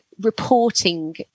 reporting